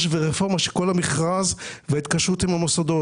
ורפורמה של כל המכרז וההתקשרות עם המוסדות.